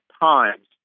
times